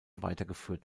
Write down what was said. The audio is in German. weitergeführt